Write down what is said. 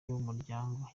ry’umuryango